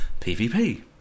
PvP